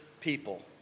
people